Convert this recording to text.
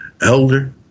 elder